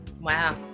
Wow